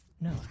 no